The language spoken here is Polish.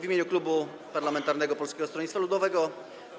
W imieniu Klubu Parlamentarnego Polskiego Stronnictwa Ludowego